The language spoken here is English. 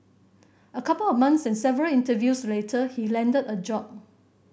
a couple of months and several interviews later he landed a job